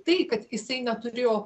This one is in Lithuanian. tai kad jisai neturėjo